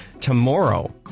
Tomorrow